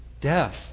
death